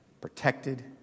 protected